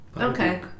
Okay